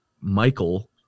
Michael